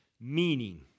meaning